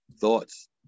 Thoughts